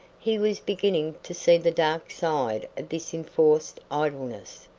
he was beginning to see the dark side of this enforced idleness.